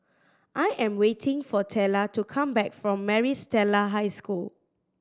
I am waiting for Tella to come back from Maris Stella High School